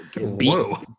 Whoa